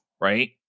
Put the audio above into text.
Right